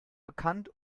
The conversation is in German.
bekannt